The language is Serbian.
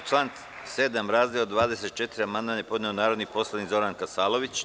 Na član 7. razdeo 24. amandman je podneo narodni poslanik Zoran Kasalović.